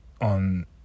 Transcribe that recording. on